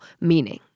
meaning